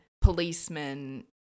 policemen